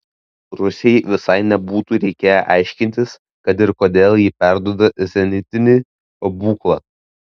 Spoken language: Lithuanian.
rusijai visai nebūtų reikėję aiškintis kad ir kodėl ji perduoda zenitinį pabūklą